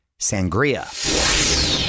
sangria